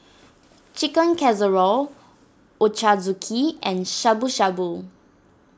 Chicken Casserole Ochazuke and Shabu Shabu